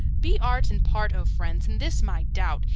be art and part, o friends, in this my doubt,